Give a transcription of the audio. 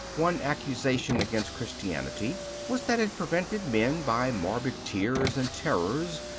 one accusation against christianity was that it prevented men, by morbid tears and terrors,